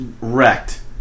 wrecked